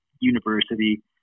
university